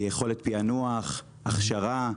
יכולת פענוח, הכשרה.